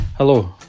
Hello